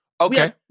Okay